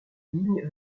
lignes